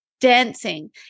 dancing